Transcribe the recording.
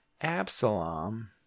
Absalom